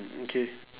okay